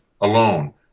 alone